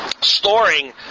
storing